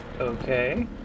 Okay